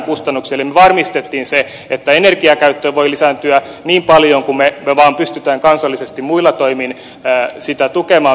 me varmistimme sen että puunkäyttö energiakäyttöön voi lisääntyä niin paljon kuin me vain pystymme kansallisesti muilla toimin bioenergian kehittymistä tukemaan